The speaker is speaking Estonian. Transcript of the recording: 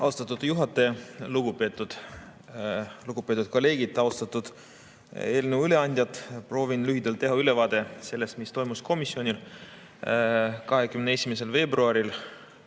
Austatud juhataja! Lugupeetud kolleegid! Austatud eelnõu üleandjad! Proovin lühidalt teha ülevaate sellest, mis toimus komisjonis 21. veebruaril